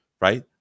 right